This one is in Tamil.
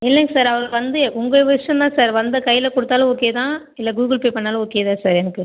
இல்லைங்க சார் அ வந்து உங்கள் விஷ் தான் சார் வந்து கையில கொடுத்தாலும் ஓகே தான் இல்லை கூகுள்பே பண்ணாலும் ஓகே தான் சார் எனக்கு